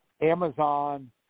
Amazon